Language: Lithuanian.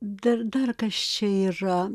dar dar kas čia yra